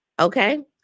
Okay